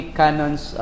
canons